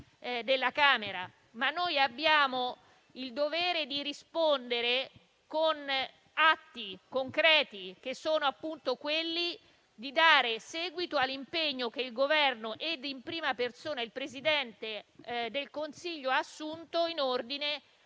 ma abbiamo il dovere di rispondere con atti concreti, ovvero dare seguito all'impegno che il Governo, e in prima persona il Presidente del Consiglio ha assunto in ordine